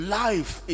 life